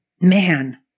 man